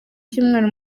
cyumweru